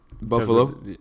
Buffalo